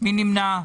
מי נמנע?